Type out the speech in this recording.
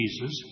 Jesus